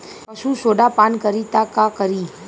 पशु सोडा पान करी त का करी?